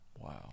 wow